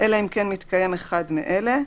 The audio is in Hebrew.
אלא אם כן מתקיים אחד מאלה,